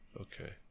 okay